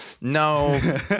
no